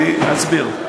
אסביר.